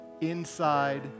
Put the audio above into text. inside